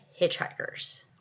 Hitchhikers